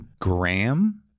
Graham